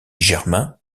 germain